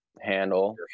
Handle